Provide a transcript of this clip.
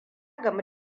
gama